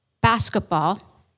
basketball